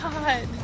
God